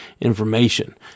information